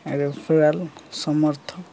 referral Samarth